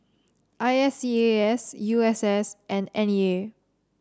I S E A S U S S and N E A